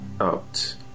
out